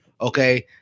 okay